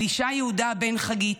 אלישע יהודה בן חגית,